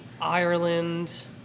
ireland